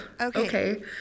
okay